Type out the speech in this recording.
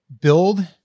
build